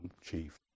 chief